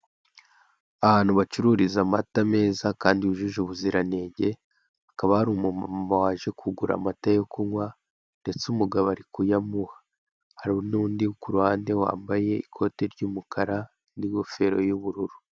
Ahantu bacururiza amata meza kandi yujuje ubuziranenge, hakaba hari umumama waje kugura amata yo kunywa ndetse umugabo ari kuyamuha, hari n'undi ku ruhande wambaye ikote ry'umukara n'ingofero y'ubururu.